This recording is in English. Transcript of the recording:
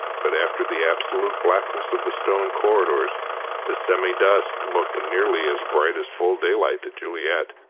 but after the absolute blackness of the stone corridors the semi-dusk looked nearly as bright as full daylight to juliet,